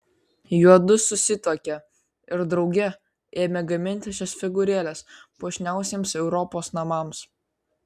juodu susituokė ir drauge ėmė gaminti šias figūrėles puošniausiems europos namams